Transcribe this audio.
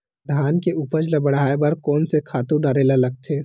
धान के उपज ल बढ़ाये बर कोन से खातु डारेल लगथे?